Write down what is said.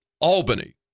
Albany